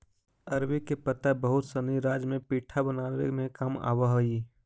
अरबी के पत्ता बहुत सनी राज्य में पीठा बनावे में भी काम आवऽ हई